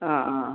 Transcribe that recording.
ആ ആ